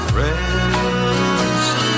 rest